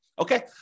Okay